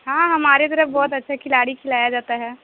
ہاں ہمارے طرف بہت اچھا کھلاڑی کھلایا جاتا ہے